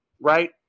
right